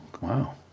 Wow